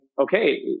okay